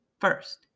First